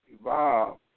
evolve